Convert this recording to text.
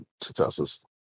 successes